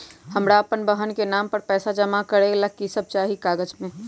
हमरा अपन बहन के नाम पर पैसा जमा करे ला कि सब चाहि कागज मे?